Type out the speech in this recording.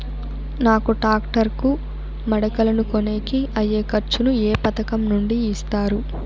నాకు టాక్టర్ కు మడకలను కొనేకి అయ్యే ఖర్చు ను ఏ పథకం నుండి ఇస్తారు?